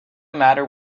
matter